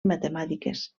matemàtiques